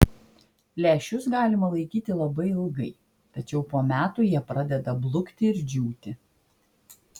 lęšius galima laikyti labai ilgai tačiau po metų jie pradeda blukti ir džiūti